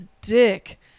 dick